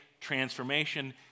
transformation